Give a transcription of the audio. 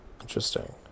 Interesting